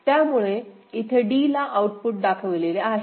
त्यामुळे इथे d ला आउटपुट दाखविलेले आहे